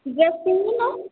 dress କିଣି ନ